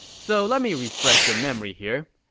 so let me refresh your memory here.